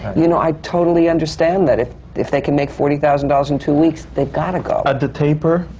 you know, i totally understand that if if they can make forty thousand dollars in two weeks, that they've got to go. at the taper,